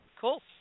Cool